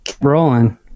rolling